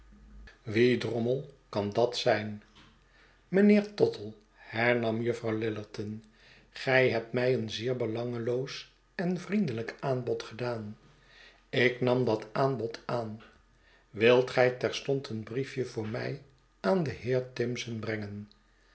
kan dat zijn mijnheer tottle hernam juffrouw lillerton gij hebt mij een zeer belangeloos en vriendelijk aanbod gedaan ik nam dat aanbod aan wilt gij terstond een briefje voor mij aan den heer timson brengen